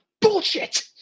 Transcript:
bullshit